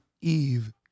Eve